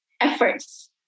efforts